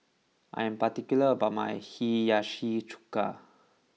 I am particular about my Hiyashi Chuka